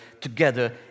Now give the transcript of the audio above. together